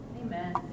Amen